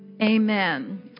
amen